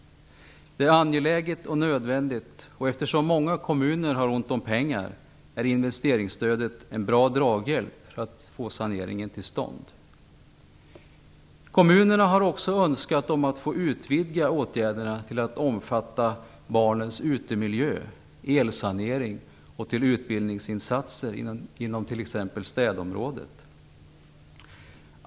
Det är angeläget och nödvändigt. Eftersom många kommuner har ont om pengar är investeringsstödet en bra draghjälp för att få saneringen till stånd. Kommunerna har också önskat att få utvidga åtgärderna till att omfatta barnens utemiljö, elsanering och utbildningsinsatser inom t.ex. städområdet.